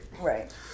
right